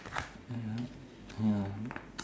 ya